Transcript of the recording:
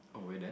oh we are done